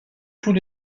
tous